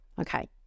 okay